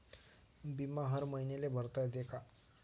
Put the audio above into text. बिमा हर मईन्याले भरता येते का?